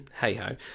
hey-ho